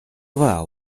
well